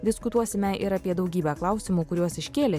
diskutuosime ir apie daugybę klausimų kuriuos iškėlė